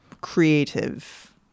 creative